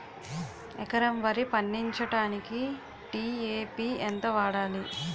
ఎకరం వరి పండించటానికి డి.ఎ.పి ఎంత వాడాలి?